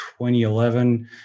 2011